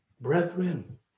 Brethren